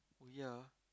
ya